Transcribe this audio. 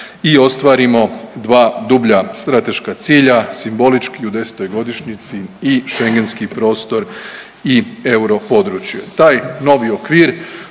i ostvarimo dva dublja strateška cilja simbolički u desetoj godišnjici i Schengenski prostor i euro područje. Taj novi okvir